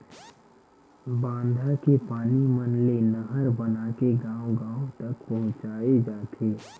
बांधा के पानी मन ले नहर बनाके गाँव गाँव तक पहुचाए जाथे